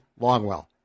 Longwell